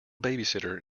babysitter